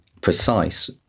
precise